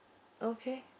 okay